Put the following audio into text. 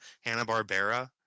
Hanna-Barbera